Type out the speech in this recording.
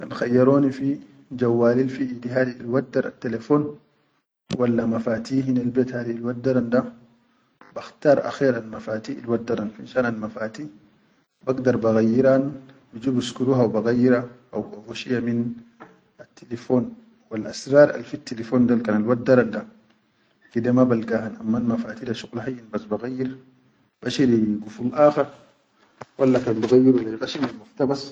Kan khayyaroni fi jawalel fiʼidi hadi al wardal telefon walla ma fati hinel bet hadi wadran bakhtar akher al mafati ʼilwadran finshan al mafati, bagdar ba gayyiran biju biskuru haw ba gayyira haw gogo shia min attilefon wal asirat al fittilifon kan al wadran da, gide ma balgahan amma ma fati shuqul hiyin bas ba gayyir ba shiri gofol akhar walla kan bi gayyuru leyi kashimal mufta bas.